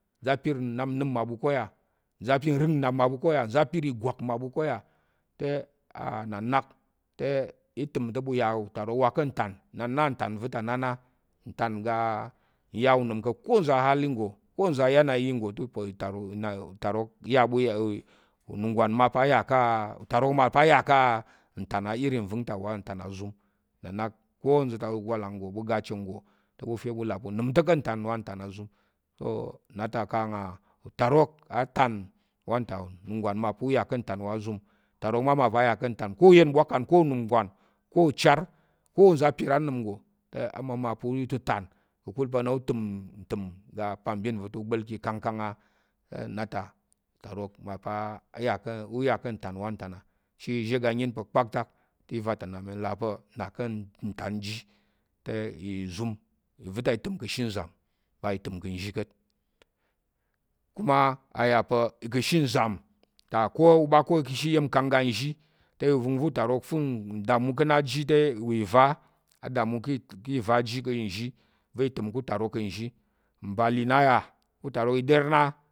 Nza̱ apir nnap nnəm mmaɓu ko yà, nza̱ apir nrəng nnap mmaɓu ko yà, nza̱ apir ìgwak mmaɓu ko yà, te á nna nak i təm te ɓu ya utarok uwa yà ká̱ ntán, inan na ntán nva̱ ta nna á na tán ngga n yà unəm ka̱ ko nza̱ ahali nggo, ko nza̱ ayanani ununggwan mal pa̱ a yà ká̱ a utarok mal pa̱ a yà ka̱ a ntán airi nva̱ng ta, nna nak ko ɓu ga ache nggo te ɓu fe mi là pa̱ unəm ta̱ ka̱ ntán wa ntán azum so nnà kang á utarok a tán wa azum ko uyen ubwakan, ko ununggwan, ko uchar, ko nza̱ apir anəm nggo te amməma pa̱ utətán ka̱kul pa na utəm ntəm ngga apabin nva̱ na u gba̱l ká̱ ikangkang á nnà ta ma pa̱ u yà ká̱ ntán wanta nna, ka̱ ashe izhé iga ayin pa̱ kpaktak te iva ta mi là pa̱ nna ka̱ ntán ji te ìzum iva̱ ta i təm ka̱ ashe nzam ba i təm ka̱ nzhi ka̱t kuma ka̱ ashe nza̱m ta ko u ɓa ko ka̱ ashe iya̱mkang iga nzhi te i va̱ngva̱ utarok ku damu ká̱ na ji te ìva ka̱ nzhi a damu ká̱ ìva ji, mbali nnà yà